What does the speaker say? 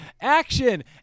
action